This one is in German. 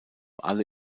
alle